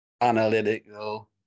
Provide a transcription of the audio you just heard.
analytical